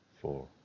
Four